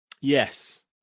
Yes